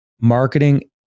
Marketing